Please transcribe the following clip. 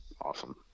Awesome